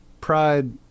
pride